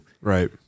Right